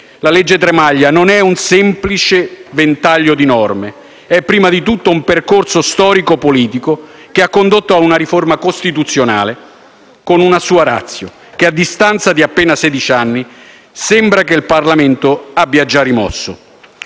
legge Tremaglia non è un semplice ventaglio di norme: è prima di tutto un percorso storico-politico che ha condotto ad una riforma costituzionale con una sua *ratio*, e che a distanza di appena sedici anni sembra che il Parlamento abbia già rimosso.